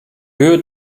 höhe